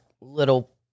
little